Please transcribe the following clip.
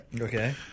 Okay